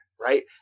right